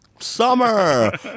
summer